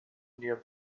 near